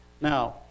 Now